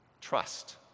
trust